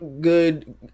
good